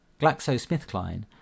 GlaxoSmithKline